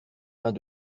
mains